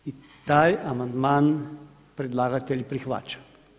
I taj amandman predlagatelj prihvaća.